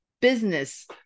business